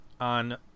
on